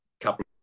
couple